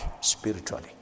spiritually